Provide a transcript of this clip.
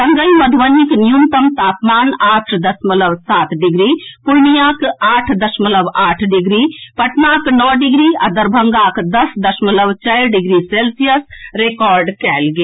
संगहि मधुबनीक न्यूनतम तापमान आठ दशमलव सात डिग्री पूर्णियों आठ दशमलव आठ डिग्री पटनाक नओ डिग्री आ दरभंगाक दस दशमलव चारि डिग्री सेल्सियस रिकॉर्ड कएल गेल